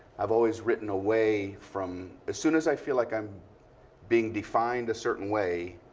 i've always written away from as soon as i feel like i'm being defined a certain way,